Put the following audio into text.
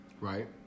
Right